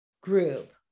group